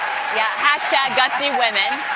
yeah, gutsy women,